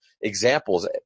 examples